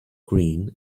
green